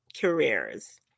Careers